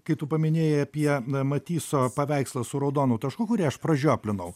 kai tu paminėjai apie matiso paveikslą su raudonu tašku kurį aš pražioplinau